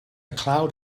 cloud